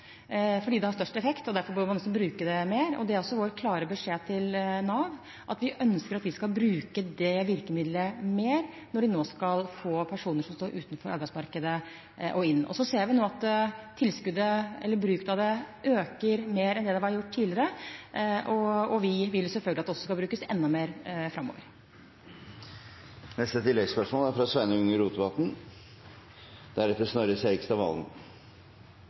Det har størst effekt, og derfor bør man også bruke det mer. Det er også vår klare beskjed til Nav at vi ønsker å bruke det virkemidlet mer når de nå skal få personer som står utenfor arbeidsmarkedet, inn. Vi ser nå at bruken av tilskuddet øker mer enn det det gjorde tidligere, og vi vil selvfølgelig at det også skal brukes enda mer framover. Sveinung Rotevatn – til oppfølgingsspørsmål. Det er